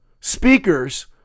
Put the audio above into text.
speakers